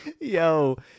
Yo